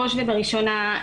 בראש ובראשונה,